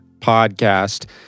podcast